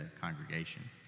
congregation